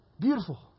Beautiful